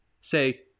say